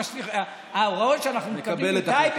ההוראות שאנחנו מקבלים מטייבי,